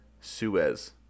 suez